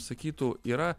sakytų yra